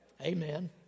amen